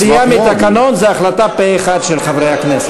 סטייה מהתקנון זו החלטה פה-אחד של חברי הכנסת.